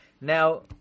Now